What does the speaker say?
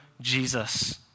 Jesus